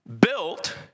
built